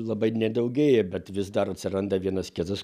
labai nedaugėja bet vis dar atsiranda vienas kitas